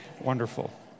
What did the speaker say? wonderful